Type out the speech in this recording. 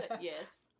Yes